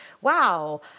wow